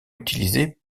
utilisés